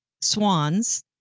swans